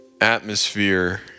atmosphere